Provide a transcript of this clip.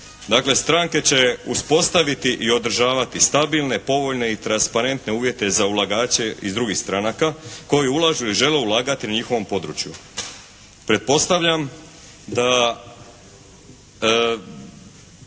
Dakle stranke će uspostaviti i održavati stabilne, povoljne i transparentne uvjete za ulagače iz drugih stranaka koji ulažu i žele ulagati na njihovom području.